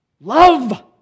love